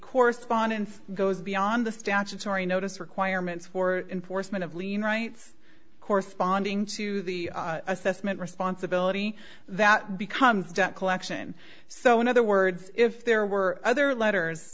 correspondence goes beyond the statutory notice requirements for enforcement of lien rights corresponding to the assessment responsibility that becomes debt collection so in other words if there were other letters